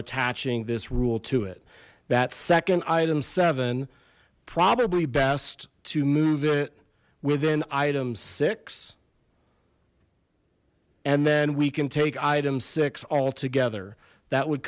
attaching this rule to it that second item seven probably best to move it within item six and then we can take item six altogether that would